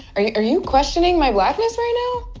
are you are you questioning my blackness right now?